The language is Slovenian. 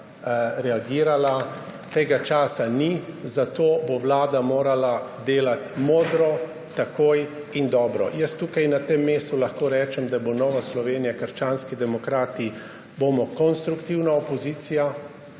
reagirala. Tega časa ni, zato bo Vlada morala delati modro, takoj in dobro. Na tem mestu lahko rečem, da bomo Nova Slovenija – krščanski demokrati konstruktivna opozicija,